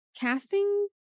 casting